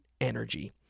energy